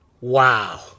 Wow